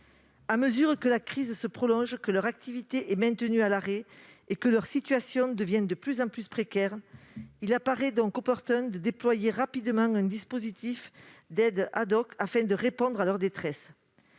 À mesure que la crise se prolonge, que leur activité est maintenue à l'arrêt et que leur situation devient de plus en plus précaire, il apparaît opportun de déployer rapidement un dispositif d'aide pour ces professionnels, afin de répondre à leur détresse.